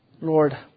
Lord